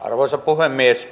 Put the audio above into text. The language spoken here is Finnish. arvoisa puhemies